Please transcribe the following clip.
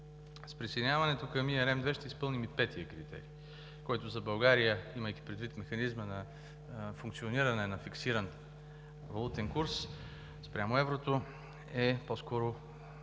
С присъединяването към ERM II ще изпълним и петия критерий, който за България, имайки предвид механизма на функциониране на фиксиран валутен курс спрямо еврото, е по-скоро